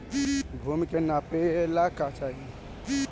भूमि के नापेला का चाही?